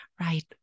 right